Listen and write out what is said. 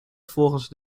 volgens